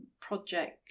project